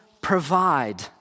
provide